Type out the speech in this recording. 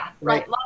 right